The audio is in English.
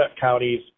counties